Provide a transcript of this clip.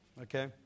okay